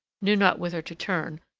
knew not whither to turn,